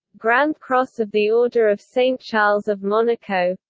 grand cross of the order of saint-charles of monaco